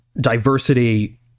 diversity